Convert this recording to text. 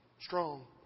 strong